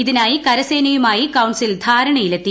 ഇതിനായി കരസേനയുമായി കൌൺസിൽ ധാരണയില്ലെത്തി